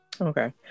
Okay